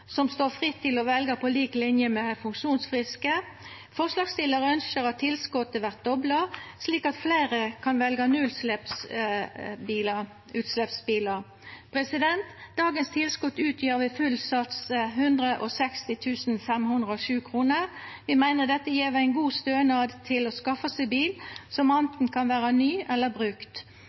som står fritt til å velja, på lik linje med funksjonsfriske. Forslagsstillarane ønskjer at tilskotet vert dobla, slik at fleire kan velja nullutsleppsbilar. Dagens tilskot utgjer ved full sats 160 507 kr. Vi meiner dette gjev ein god stønad til å skaffa seg bil som anten kan vera ny eller brukt.